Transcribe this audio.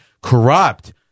corrupt